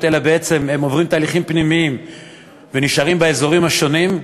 אלא בעצם עוברים תהליכים פנימיים ונשארים באזורים השונים.